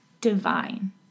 divine